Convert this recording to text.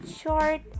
short